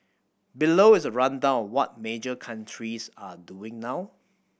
below is a rundown what major countries are doing now